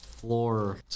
Floor